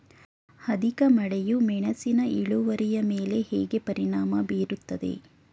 ಅಧಿಕ ಮಳೆಯು ಮೆಣಸಿನ ಇಳುವರಿಯ ಮೇಲೆ ಹೇಗೆ ಪರಿಣಾಮ ಬೀರುತ್ತದೆ?